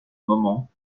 moment